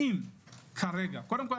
קודם כל,